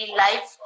life